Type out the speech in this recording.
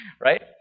right